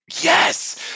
Yes